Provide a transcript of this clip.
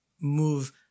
move